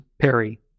Perry